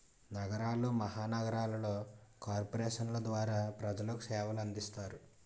నగరాలు మహానగరాలలో కార్పొరేషన్ల ద్వారా ప్రజలకు సేవలు అందిస్తారు